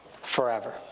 forever